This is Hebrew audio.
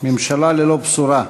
ממשלה ללא בשורה,